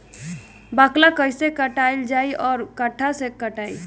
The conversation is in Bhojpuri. बाकला कईसे काटल जाई औरो कट्ठा से कटाई?